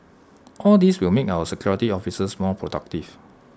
all these will make our security officers more productive